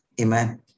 Amen